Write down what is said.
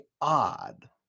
odd